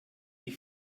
die